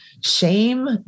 shame